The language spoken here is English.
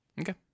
Okay